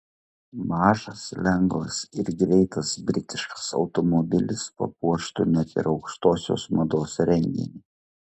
mažas lengvas ir greitas britiškas automobilis papuoštų net ir aukštosios mados renginį